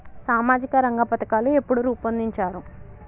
సామాజిక రంగ పథకాలు ఎప్పుడు రూపొందించారు?